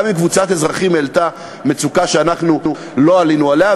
וגם אם קבוצת אזרחים העלתה מצוקה שאנחנו לא עלינו עליה,